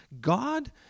God